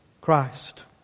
Christ